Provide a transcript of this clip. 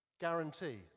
Guarantee